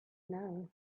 know